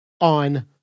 on